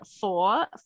four